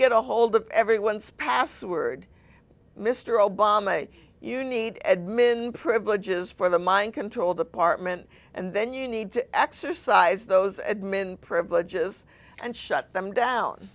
get a hold of everyone's password mr obama you need admin privileges for the mind control department and then you need to exercise those admin privileges and shut them down